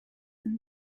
and